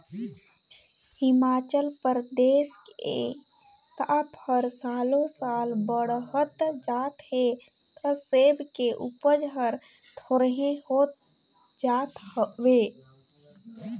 हिमाचल परदेस के ताप हर सालो साल बड़हत जात हे त सेब के उपज हर थोंरेह होत जात हवे